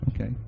Okay